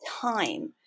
time